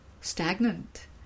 stagnant